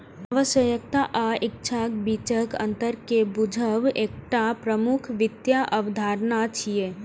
आवश्यकता आ इच्छाक बीचक अंतर कें बूझब एकटा प्रमुख वित्तीय अवधारणा छियै